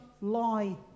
lie